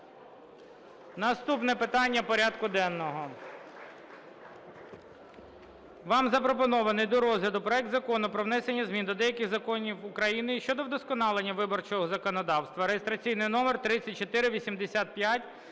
Наступне питання порядку денного. Вам запропонований до розгляду проект Закону про внесення змін до деяких законів України щодо вдосконалення виборчого законодавства (реєстраційний номер 3485